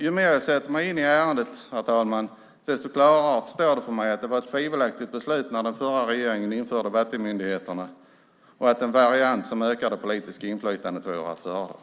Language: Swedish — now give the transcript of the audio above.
Ju mer jag sätter mig in i ärendet desto mer står det klart för mig att det var ett tvivelaktigt beslut när den förra regeringen införde vattenmyndigheterna och att en variant som ökar det politiska inflytandet vore att föredra.